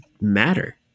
matter